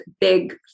big